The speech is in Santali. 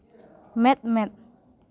ᱢᱮᱸᱫ ᱢᱮᱸᱫ